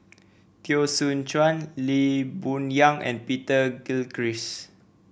Teo Soon Chuan Lee Boon Yang and Peter Gilchrist